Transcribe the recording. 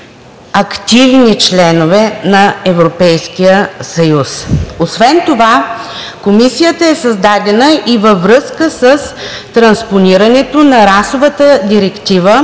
активни членове на Европейския съюз. Освен това Комисията е създадена и във връзка с транспонирането на Расовата директива